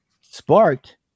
sparked